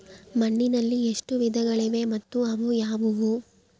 ಮಣ್ಣಿನಲ್ಲಿ ಎಷ್ಟು ವಿಧಗಳಿವೆ ಮತ್ತು ಅವು ಯಾವುವು?